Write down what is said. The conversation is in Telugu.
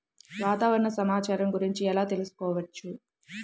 వాతావరణ సమాచారము గురించి ఎలా తెలుకుసుకోవచ్చు?